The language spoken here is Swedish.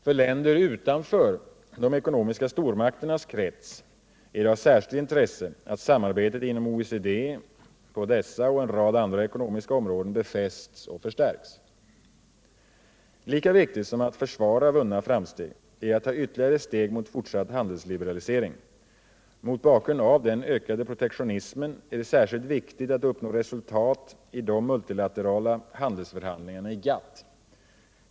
För länder utanför de ekonomiska stormakternas krets är det av särskilt intresse att samarbetet inom OECD på dessa och en rad andra ekonomiska områden befästs och förstärks. Lika viktigt som att försvara vunna framsteg är att ta ytterligare steg mot fortsatt handelsliberalisering. Mot bakgrund av den ökande protektionismen är det särskilt viktigt att uppnå resultat i de multilaterala handelsförhandlingarna i GATT.